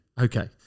Okay